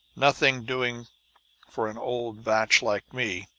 nothing doing for an old bach like me.